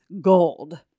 gold